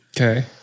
Okay